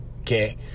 okay